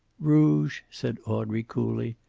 rouge, said audrey, coolly.